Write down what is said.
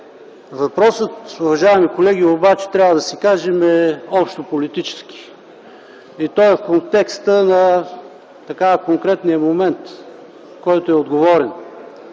Въпросът, уважаеми колеги, обаче трябва да си кажем, е общо политически. И той е в контекста на конкретния момент, който е отговорен.